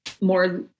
more